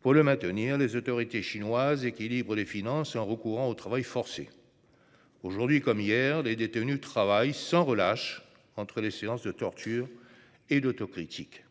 Pour le maintenir, les autorités chinoises équilibrent les finances en recourant au travail forcé. Aujourd'hui comme hier, les détenus travaillent sans relâche entre les séances de torture et d'autocritique.